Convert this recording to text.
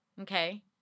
Okay